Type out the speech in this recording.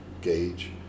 gauge